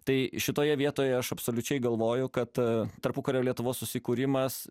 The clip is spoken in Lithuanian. tai šitoje vietoje aš absoliučiai galvoju kad tarpukario lietuvos susikūrimas